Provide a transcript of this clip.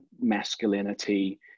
masculinity